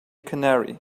canary